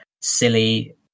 silly